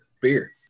beer